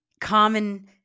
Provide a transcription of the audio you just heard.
common